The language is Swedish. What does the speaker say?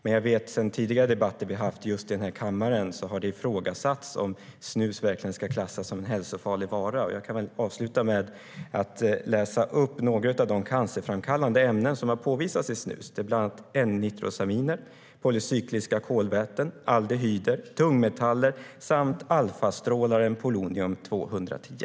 I tidigare debatter i denna kammare har det dock ifrågasatts om snus verkligen ska klassas som en hälsofarlig vara. Låt mig därför avsluta med att läsa upp några av de cancerframkallande ämnen som har påvisats i snus. Det är bland annat N-nitrosaminer, polycykliska kolväten, aldehyder, tungmetaller och alfastrålaren polonium 210.